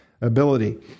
ability